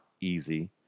easy